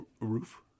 roof